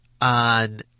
on